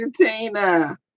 Tina